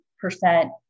percent